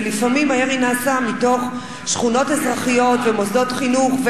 ולפעמים הירי נעשה מתוך שכונות אזרחיות ומוסדות חינוך,